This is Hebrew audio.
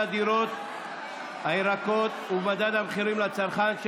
הדירות והירקות ובמדד המחירים לצרכן,